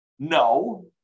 No